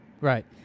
Right